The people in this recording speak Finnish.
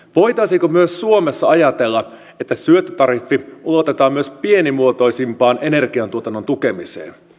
voitaisiinko myös suomessa ajatella että syöttötariffi ulotetaan myös pienimuotoisimman energiantuotannon tukemiseen